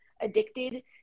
addicted